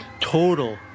Total